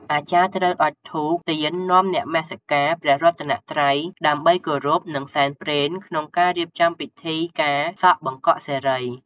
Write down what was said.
អាចារ្យត្រូវអុជធូប ទៀន នាំនមស្ការព្រះរតនត្រៃ ដើម្បីគោរព និងសែនព្រេនក្នងការរៀបចំពិធីការសក់បង្កក់សិរី។